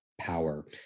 power